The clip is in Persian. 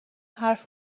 حرف